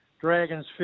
Dragons